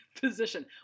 position